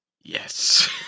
Yes